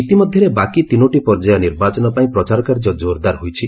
ଇତିମଧ୍ୟରେ ବାକି ତିନୋଟି ପର୍ଯ୍ୟାୟ ନିର୍ବାଚନ ପାଇଁ ପ୍ରଚାର କାର୍ଯ୍ୟ ଜୋରଦାର ହୋଇଛି